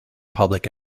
public